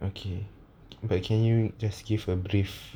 okay but can you just give a brief